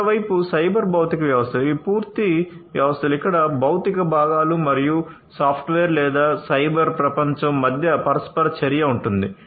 మరోవైపు సైబర్ భౌతిక వ్యవస్థలు ఇవి పూర్తి వ్యవస్థలు ఇక్కడ భౌతిక భాగాలు మరియు సాఫ్ట్వేర్ లేదా సైబర్ ప్రపంచం మధ్య పరస్పర చర్య ఉంటుంది